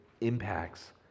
impacts